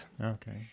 Okay